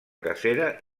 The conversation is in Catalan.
cacera